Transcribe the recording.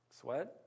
sweat